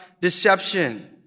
deception